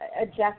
adjust